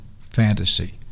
fantasy